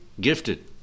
gifted